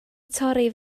torri